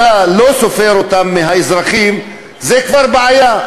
ואתה לא סופר אותם כאזרחים, זו כבר בעיה.